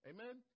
Amen